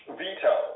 veto